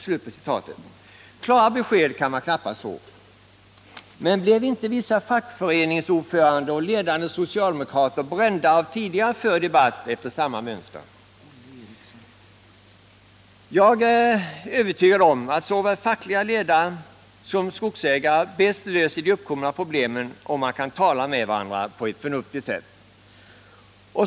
Klarare besked kan vi knappast få. Men blev inte vissa fackföreningsordfö rande och ledande socialdemokrater brända av tidigare förd debawu efter samma mönster? Jag är övertygad om att såväl fackliga ledare som skogsägare bäst löser de uppkomna problemen om de kan tala till varandra på ett förnuftigt sätt.